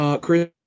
Chris